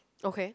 okay